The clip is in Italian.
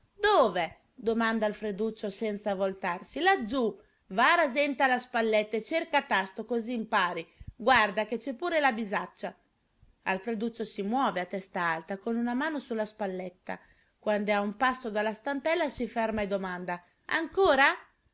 dove domanda alfreduccio senza voltarsi laggiù va rasente alla spalletta e cerca a tasto così impari guarda che c'è pure la bisaccia alfreduccio si muove a testa alta una mano sulla spalletta quand'è a un passo dalla stampella si ferma e domanda ancora